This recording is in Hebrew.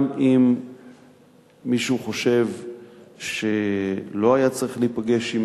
גם אם מישהו חושב שלא היה צריך להיפגש,